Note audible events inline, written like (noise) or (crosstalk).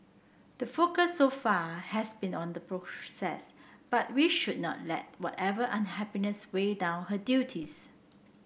the focus so far has been on the (unintelligible) but we should not let whatever unhappiness weigh down her duties